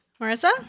Marissa